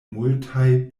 multaj